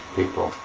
people